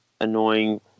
annoying